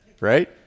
right